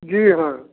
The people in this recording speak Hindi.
जी हाँ